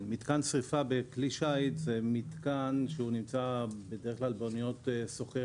מתקן שריפה בכלי שיט נמצא על אניות סוחר